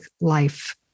life